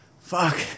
Fuck